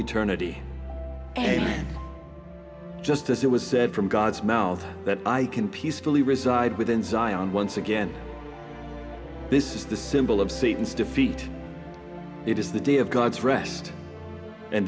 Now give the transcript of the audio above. eternity and just as it was said from god's mouth that i can peacefully reside within zion once again this is the symbol of satan's defeat it is the day of god's res